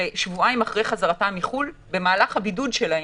ושבועיים אחרי חזרתם מחו"ל, במהלך הבידוד שלהם,